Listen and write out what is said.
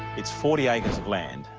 it's forty acres of land,